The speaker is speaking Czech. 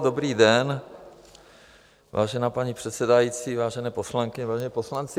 Dobrý den, vážená paní předsedající, vážení poslankyně, vážení poslanci.